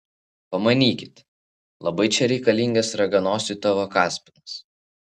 pamanykit labai čia reikalingas raganosiui tavo kaspinas